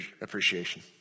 appreciation